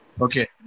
Okay